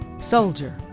soldier